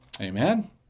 Amen